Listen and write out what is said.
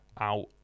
out